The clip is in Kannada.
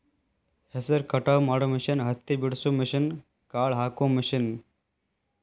ಹೆಸರ ಕಟಾವ ಮಾಡು ಮಿಷನ್ ಹತ್ತಿ ಬಿಡಸು ಮಿಷನ್, ಕಾಳ ಹಾಕು ಮಿಷನ್